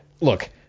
look